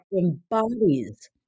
embodies